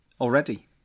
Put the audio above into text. Already